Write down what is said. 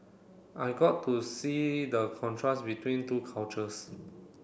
I got to see the contrast between two cultures